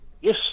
yes